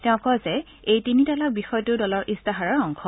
তেওঁ কয় যে এই তিনি তালাক বিষয়টো দলৰ ইস্তাহাৰৰ অংশ